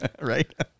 Right